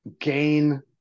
gain